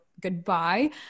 goodbye